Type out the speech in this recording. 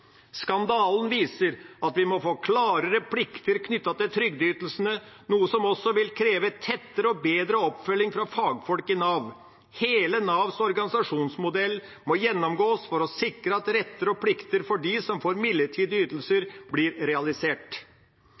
Skandalen viser at vi må få klarere plikter knyttet til trygdeytelsene, noe som også vil kreve tettere og bedre oppfølging fra fagfolk i Nav. Hele Navs organisasjonsmodell må gjennomgås for å sikre at retter og plikter for dem som får midlertidige ytelser, blir realisert.